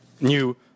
new